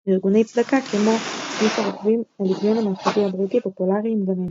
וארגוני צדקה כמו סניף הרוכבים הלגיון המלכותי הבריטי פופולריים גם הם.